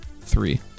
Three